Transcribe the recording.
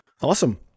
Awesome